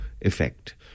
effect